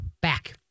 back